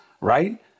Right